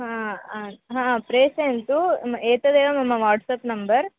हा आ हा प्रेषयन्तु एतदेव मम वाट्सप् नम्बर्